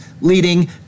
leading